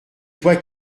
toi